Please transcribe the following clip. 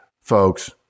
folks